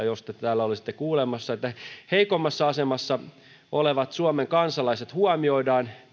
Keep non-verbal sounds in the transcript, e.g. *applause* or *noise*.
*unintelligible* jos te täällä olisitte kuulemassa että heikommassa asemassa olevat suomen kansalaiset huomioidaan